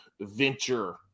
venture